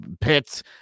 pits